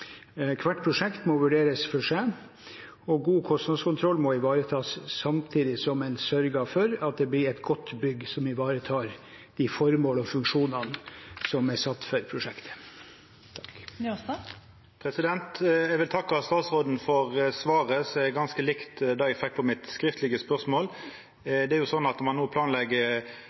Hvert prosjekt må vurderes for seg, og god kostnadskontroll må ivaretas samtidig som en sørger for at det blir et godt bygg som ivaretar de formål og funksjoner som er satt for prosjektet. Eg vil takka statsråden for svaret, som er ganske likt det eg fekk på mitt skriftlege spørsmål. Det er jo sånn at